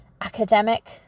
academic